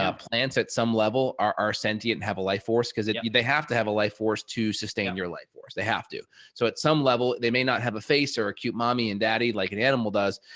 plants at some level are are centi and have a life force because if they have to have a life force to sustain your life force they have to so at some level, they may not have a face or a cute mommy and daddy like an animal does.